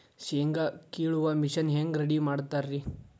ಶೇಂಗಾ ಕೇಳುವ ಮಿಷನ್ ಹೆಂಗ್ ರೆಡಿ ಮಾಡತಾರ ರಿ?